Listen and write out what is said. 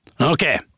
okay